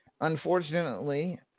Unfortunately